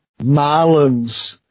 Marlins